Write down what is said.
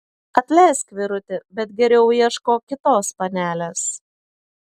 atleisk vyruti bet geriau ieškok kitos panelės